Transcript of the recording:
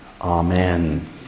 Amen